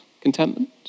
Contentment